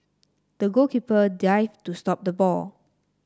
the goalkeeper dived to stop the ball